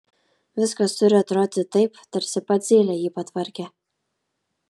viskas turi atrodyti taip tarsi pats zylė jį patvarkė